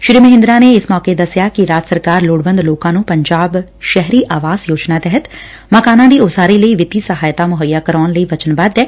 ਸ੍ਰੀ ਮਹਿੰਦਰਾ ਨੇ ਇਸ ਮੌਕੇ ਦਸਿਆ ਕਿ ਰਾਜ ਸਰਕਾਰ ਲੋੜਵੰਦ ਲੋਕਾਂ ਨੂੰ ਪੰਜਾਬ ਸ਼ਹਿਰੀ ਆਵਾਸ ਯੋਜਨਾ ਤਹਿਤ ਮਕਾਨਾਂ ਦੀ ਉਸਾਰੀ ਲਈ ਵਿੱਤੀ ਸਹਾਇਤਾ ਮੁਹੱਈਆ ਕਰਾਉਣ ਲਈ ਵਚਨਬੱਧ ਐ